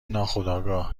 ناخودآگاه